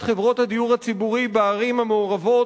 חברות הדיור הציבורי בערים המעורבות,